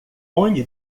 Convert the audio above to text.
onde